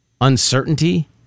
Uncertainty